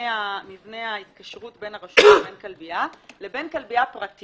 מבנה ההתקשרות בין הרשות לבין הכלבייה לבין כלבייה פרטית